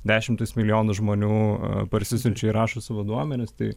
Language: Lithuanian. dešimtys milijonų žmonių parsisiunčia ir rašo savo duomenis tai